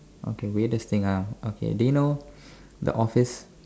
okay weirdest thing ah okay uh do you know the office